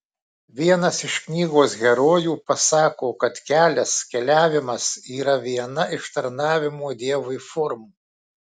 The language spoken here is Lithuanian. vienas iš knygos herojų pasako kad kelias keliavimas yra viena iš tarnavimo dievui formų